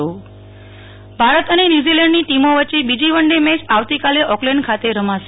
Nehal Thakkar cricket Bharat અને ન્યુઝીલન્ડની ટીમો વચ્ચે બીજી વન્ડે મેચ આવતીકાલે ઓકલેન્ડ ખાતે રમાશે